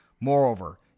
Moreover